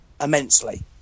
immensely